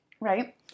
Right